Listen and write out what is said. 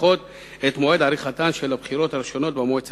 לדחות את מועד עריכת הבחירות הראשונות במועצה